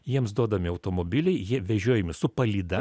jiems duodami automobiliai jie vežiojami su palyda